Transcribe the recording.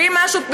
אבל תביא משהו,